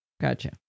Gotcha